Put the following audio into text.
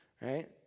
right